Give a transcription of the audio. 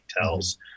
tells